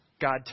God